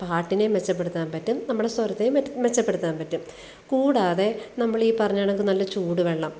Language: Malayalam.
പാട്ടിനെ മെച്ചപ്പെടുത്താൻ പറ്റും നമ്മുടെ സ്വരത്തേം മെച്ച മെച്ചപ്പെടുത്താന് പറ്റും കൂടാതെ നമ്മളീ പറഞ്ഞ കണക്ക് നല്ല ചൂട് വെള്ളം